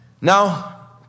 Now